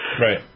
Right